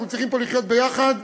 אנחנו צריכים פה לחיות ביחד